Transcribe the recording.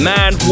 Man